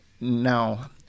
now